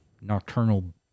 nocturnal